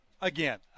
Again